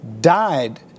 died